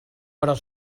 però